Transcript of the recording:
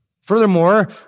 Furthermore